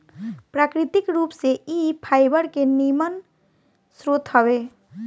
प्राकृतिक रूप से इ फाइबर के निमन स्रोत हवे